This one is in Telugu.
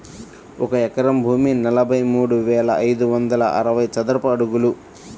ఒక ఎకరం భూమి నలభై మూడు వేల ఐదు వందల అరవై చదరపు అడుగులు